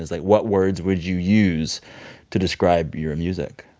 like, what words would you use to describe your music?